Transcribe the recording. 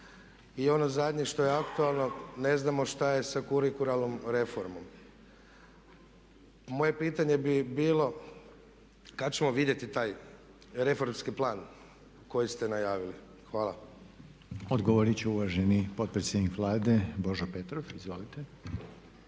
i ono zadnje što je aktualno ne znamo šta je sa kurikularnom reformom. Moje pitanje bi bilo kad ćemo vidjeti taj reformski plan koji ste najavili. Hvala. **Reiner, Željko (HDZ)** Odgovorit će uvaženi potpredsjednik Vlade Božo Petrov. Izvolite.